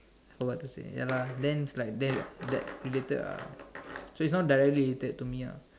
forgot what to say ya lah then like related ah so it's not directly related to me ah